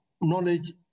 knowledge